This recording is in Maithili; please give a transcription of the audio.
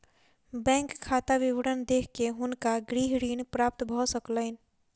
बैंक खाता विवरण देख के हुनका गृह ऋण प्राप्त भ सकलैन